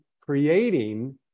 creating